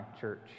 church